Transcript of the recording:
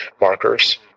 markers